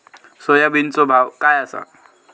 सोयाबीनचो भाव काय आसा?